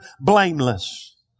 blameless